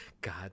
god